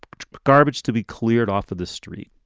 garbage to be cleared off of the street.